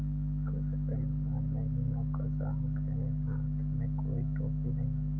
कोई सरकारी अनुदान नहीं, नौकरशाहों के हाथ में कोई टोपी नहीं